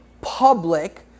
public